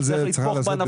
צריך לתמוך בה נפשית.